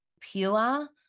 pure